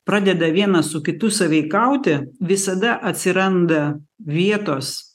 pradeda vienas su kitu sąveikauti visada atsiranda vietos